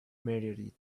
meteorite